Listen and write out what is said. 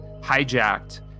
hijacked